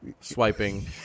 swiping